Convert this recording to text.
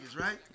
right